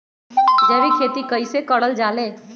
जैविक खेती कई से करल जाले?